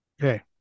Okay